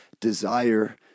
desire